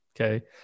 okay